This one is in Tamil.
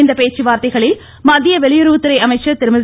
இந்த பேச்சுவார்த்தைகளில் மத்திய வெளியுறவுத்துறை அமைச்சர் திருமதி